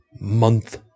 month